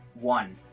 one